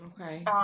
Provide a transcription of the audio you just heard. okay